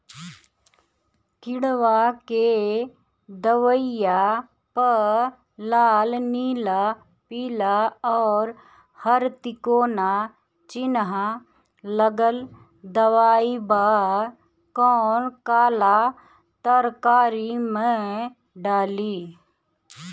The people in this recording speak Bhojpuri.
किड़वा के दवाईया प लाल नीला पीला और हर तिकोना चिनहा लगल दवाई बा कौन काला तरकारी मैं डाली?